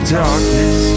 darkness